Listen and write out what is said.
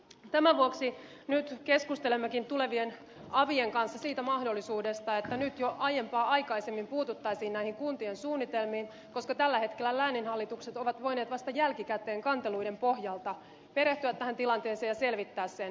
tämän vuoksi nyt keskustelemmekin tulevien avien kanssa siitä mahdollisuudesta että nyt jo aiempaa aikaisemmin puututtaisiin näihin kuntien suunnitelmiin koska tällä hetkellä lääninhallitukset ovat voineet vasta jälkikäteen kanteluiden pohjalta perehtyä tähän tilanteeseen ja selvittää sen